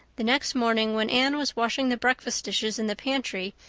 the next morning, when anne was washing the breakfast dishes in the pantry,